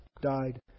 died